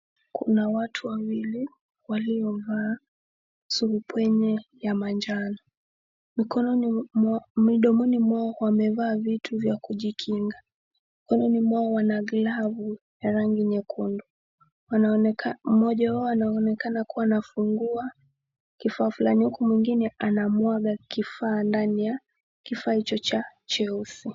Kuna watu wawili waliovaa suruprenye ya manjano. Midomoni mwao wamevaa vitu vya kujikinga. Mikononi mwao wana glavu ya rangi nyekundu. Mmoja wao anaonekana kuwa anafungua kifaa fulani uku mwingine anamwaga kifaa ndani ya kifaa hicho cha jeusi.